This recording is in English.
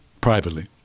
privately